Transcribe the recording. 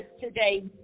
today